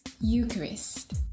Eucharist